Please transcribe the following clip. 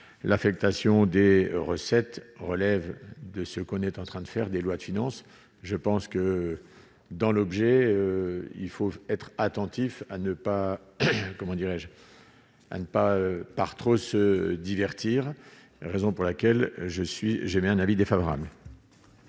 l'affectation des recettes relève de ce qu'on est en train de faire des lois de finances, je pense que dans l'objet, il faut être attentif à ne pas, comment dirais-je, à ne pas par trop se divertir, raison pour laquelle je suis j'émets un avis défavorable.